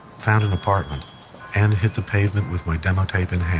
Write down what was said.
found an apartment and hit the pavement with my demo tape in hand.